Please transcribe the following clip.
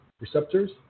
receptors